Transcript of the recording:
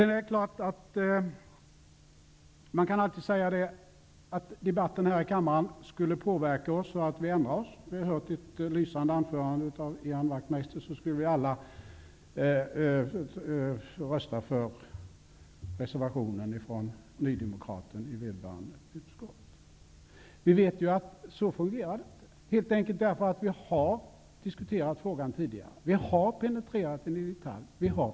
Man kan naturligtvis alltid säga att debatten här i kammaren skulle påverka oss och att vi skulle kunna ändra uppfattning: När vi har hört ett lysande anförande av Ian Wachtmeister skulle vi alla rösta på reservationen från nydemokraten i utskottet. Men vi vet att det inte fungerar så eftersom vi har diskuterat frågan tidigare och penetrerat den i detalj.